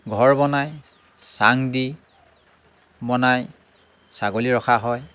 ঘৰ বনাই চাং দি বনাই ছাগলী ৰখা হয়